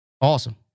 Awesome